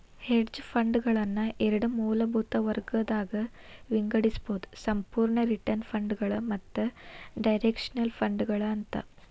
hedge ಫಂಡ್ಗಳನ್ನ ಎರಡ್ ಮೂಲಭೂತ ವರ್ಗಗದಾಗ್ ವಿಂಗಡಿಸ್ಬೊದು ಸಂಪೂರ್ಣ ರಿಟರ್ನ್ ಫಂಡ್ಗಳು ಮತ್ತ ಡೈರೆಕ್ಷನಲ್ ಫಂಡ್ಗಳು ಅಂತ